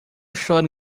chora